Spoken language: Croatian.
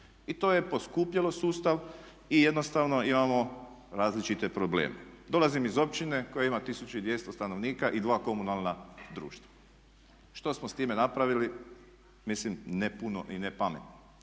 I to je poskupjelo sustav i jednostavno imamo različite probleme. Dolazim iz općine koja ima 1200 stanovnika i dva komunalna društva. Što smo sa time napravili? Mislim ne puno i ne pametno.